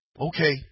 Okay